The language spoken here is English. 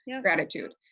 gratitude